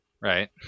right